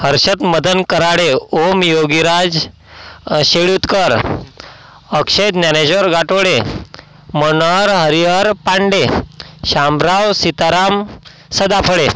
Harshad Madan Karade Om Yogiraj Shelutkar Akshay Dnyanejar Gathode Manohar Harihar Pande Shamrao Sitaram Sadaphale